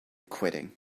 quitting